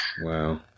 Wow